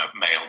male